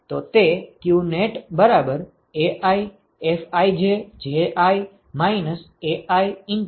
તો તે QnetAiFijJi AiFij હશે બરાબર